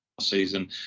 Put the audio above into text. season